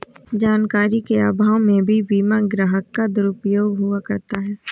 जानकारी के अभाव में भी बीमा ग्राहक का दुरुपयोग हुआ करता है